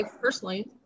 personally